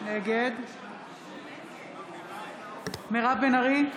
נגד מירב בן ארי,